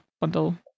bundle